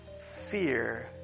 fear